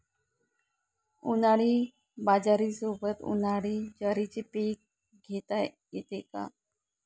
उन्हाळी बाजरीसोबत, उन्हाळी ज्वारीचे पीक घेता येते का?